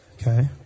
Okay